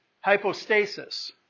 hypostasis